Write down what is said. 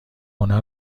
هنر